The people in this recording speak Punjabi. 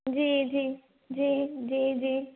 ਜੀ ਜੀ ਜੀ ਜੀ ਜੀ